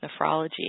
nephrology